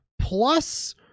plus